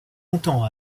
longtemps